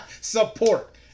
Support